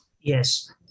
Yes